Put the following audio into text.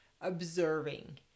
observing